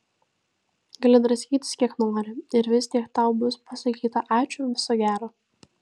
gali draskytis kiek nori ir vis tiek tau bus pasakyta ačiū viso gero